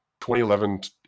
2011